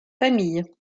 famille